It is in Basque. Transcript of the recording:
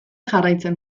jarraitzen